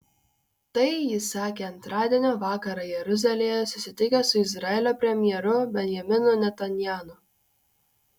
tai jis sakė antradienio vakarą jeruzalėje susitikęs su izraelio premjeru benjaminu netanyahu